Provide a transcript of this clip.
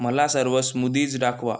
मला सर्व स्मूदीज दाखवा